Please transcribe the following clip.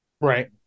right